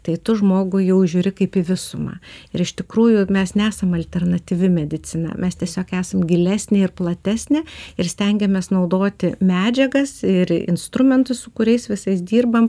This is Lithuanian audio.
tai tu žmogų jau žiūri kaip į visumą ir iš tikrųjų mes nesam alternatyvi medicina mes tiesiog esam gilesnė ir platesnė ir stengiamės naudoti medžiagas ir instrumentus su kuriais visais dirbam